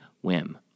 whim